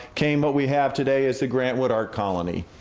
came what we have today as the grant wood art colony.